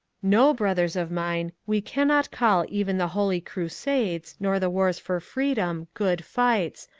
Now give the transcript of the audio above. no, brothers of mine, we cannot call even the holy crusades nor the wars for freedom good fights,